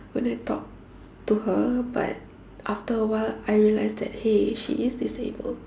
when I talk to her but after awhile I realised that hey she is disabled